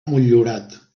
motllurat